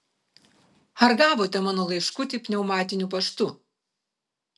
ar gavote mano laiškutį pneumatiniu paštu